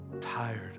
tired